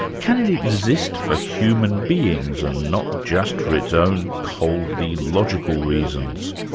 can it exist for human beings and not just for its own coldly logical reasons?